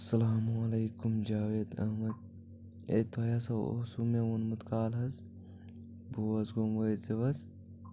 السلامُ علیکم جاوید احمد ہے تۄہہِ ہسا اوسوُ مےٚ ووٚنمُت کالہٕ حظ بوزگوم وأتۍ زیو حظ